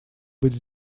быть